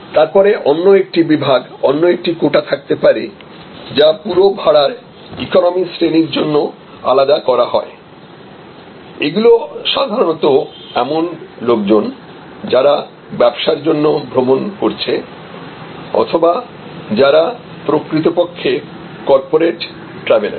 তারপরে অন্য একটি বিভাগ অন্য একটি কোটা থাকতে পারে যা পুরো ভাড়ার ইকোনোমি শ্রেণীর জন্য আলাদা করা হয় এগুলি সাধারণত এমন লোকজন যাঁরা ব্যবসার জন্য ভ্রমণ করছে অথবা যারা প্রকৃতপক্ষে কর্পোরেট ট্রাভেলার